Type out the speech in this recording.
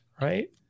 right